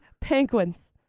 penguins